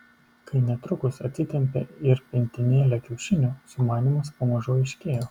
kai netrukus atsitempė ir pintinėlę kiaušinių sumanymas pamažu aiškėjo